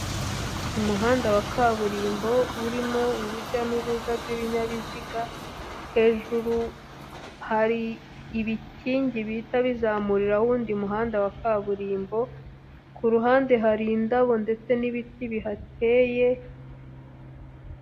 Umuhanda wa kaburimbo urimo urujya n'uruza rw'ibinyabiziga, hejuru hari ibikingi bihita bizamuriraho uwundi muhanda wa kaburimbo, ku ruhande hari indabo ndetse n'ibiti bihateye.